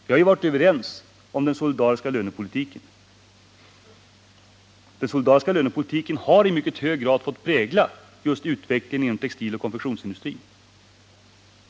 Vi har ju varit överens om den solidariska lönepolitiken, och den solidariska lönepolitiken har i mycket hög grad fått prägla just utvecklingen inom textiloch konfektionsindustrin.